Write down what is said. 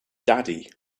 daddy